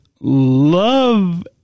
love